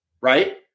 right